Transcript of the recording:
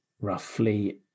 roughly